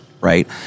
right